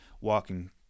walking